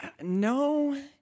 No